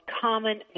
common